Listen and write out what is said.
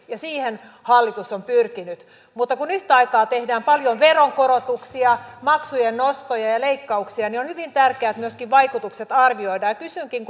ja siihen hallitus on pyrkinyt mutta kun yhtä aikaa tehdään paljon veronkorotuksia maksujen nostoja ja ja leikkauksia niin on hyvin tärkeää että myöskin vaikutukset arvioidaan ja kysynkin